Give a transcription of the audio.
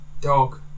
dog